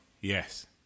yes